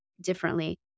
differently